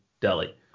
Delhi